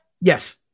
Yes